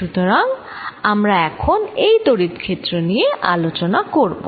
সুতরাং আমরা এখন এই তড়িৎ ক্ষেত্র নিয়ে আলোচনা করব